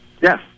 Yes